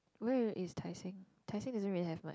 where is Tai-Seng Tai-Seng doesn't really have much